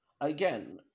again